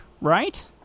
right